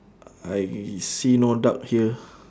I see no duck here